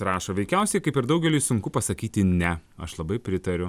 rašo veikiausiai kaip ir daugeliui sunku pasakyti ne aš labai pritariu